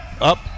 up